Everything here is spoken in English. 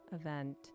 event